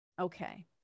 Okay